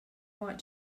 want